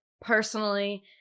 personally